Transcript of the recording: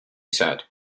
said